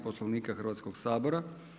Poslovnika Hrvatskog sabora.